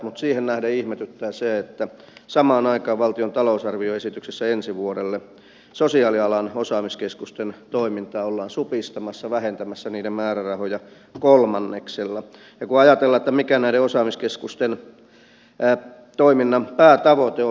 mutta siihen nähden ihmetyttää se että samaan aikaan valtion talousarvioesityksessä ensi vuodelle sosiaalialan osaamiskeskusten toimintaa ollaan supistamassa ja niiden määrärahoja vähentämässä kolmanneksella kun ajatellaan mikä näiden osaamiskeskusten toiminnan päätavoite on ollut